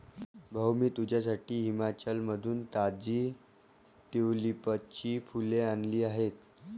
भाऊ, मी तुझ्यासाठी हिमाचलमधून ताजी ट्यूलिपची फुले आणली आहेत